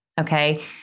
Okay